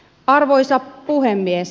arvoisa puhemies